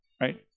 Right